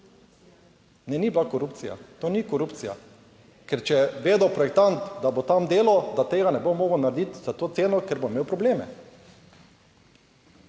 Ne, ni bila korupcija, to ni korupcija. Ker če je vedel projektant, da bo tam delal, da tega ne bo mogel narediti za to ceno, ker bo imel probleme.